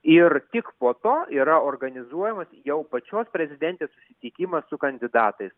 ir tik po to yra organizuojamas jau pačios prezidentės susitikimas su kandidatais